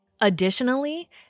Additionally